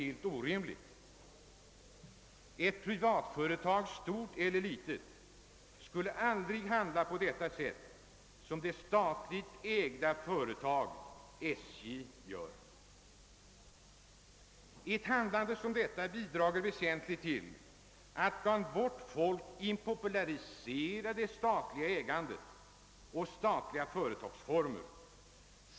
Ett privatföretag, stort eller litet, skulle aldrig handla på det sätt som det statligt ägda företaget SJ gör. Ett handlande som detta bidrar väsentligt till att inom vårt folk impopularisera det statliga ägandet och statliga företagsformer.